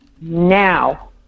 Now